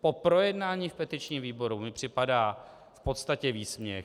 Po projednání v petičním výboru mi připadá v podstatě výsměch.